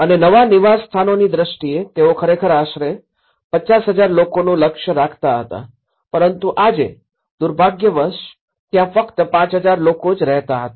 અને નવા નિવાસસ્થાનોની દ્રષ્ટિએ તેઓ ખરેખર આશરે ૫૦૦૦૦ લોકોનું લક્ષ્ય રાખતા હતા પરંતુ આજે દુર્ભાગ્યવશ ત્યાં ફક્ત ૫૦૦૦ લોકો જ રહેતા હતા